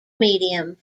medium